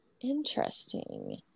interesting